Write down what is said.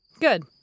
Good